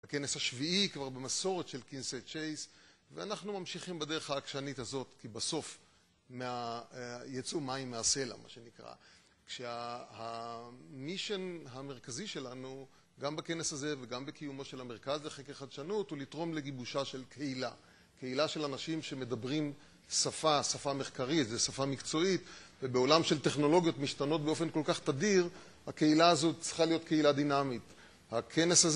הכנס השביעי כבר במסורת של כנסי צ'ייס, ואנחנו ממשיכים בדרך העקשנית הזאת, כי בסוף יצאו מים מהסלע, מה שנקרא. כשהמישן המרכזי שלנו, גם בכנס הזה וגם בקיומו של המרכז לחקר חדשנות, הוא לתרום לגיבושה של קהילה. קהילה של אנשים שמדברים שפה, שפה מחקרית, זו שפה מקצועית, ובעולם של טכנולוגיות משתנות באופן כל כך תדיר, הקהילה הזאת צריכה להיות קהילה דינמית. הכנס הזה...